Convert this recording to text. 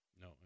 No